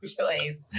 choice